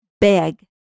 beg